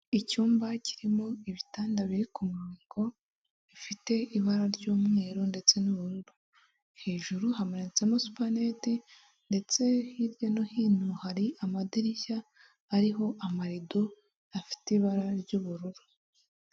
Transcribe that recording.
Icyumba kirimo ibitanda biri ku murongo bifite ibara ry'umweru ndetse n'ubururu, hejuru hamanitsemo supanete ndetse hirya no hino hari amadirishya ariho amarido afite ibara ry'ubururu.